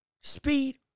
speed